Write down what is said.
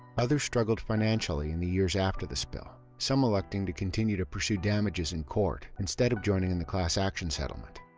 others struggled financially in the years after the spill, some electing to continue to pursue damages in court instead of joining in the class action settlement.